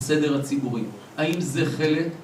בסדר הציבורי, האם זה חלק?